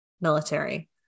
military